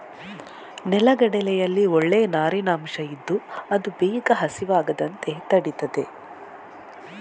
ನೆಲಗಡಲೆಯಲ್ಲಿ ಒಳ್ಳೇ ನಾರಿನ ಅಂಶ ಇದ್ದು ಅದು ಬೇಗ ಹಸಿವಾಗದಂತೆ ತಡೀತದೆ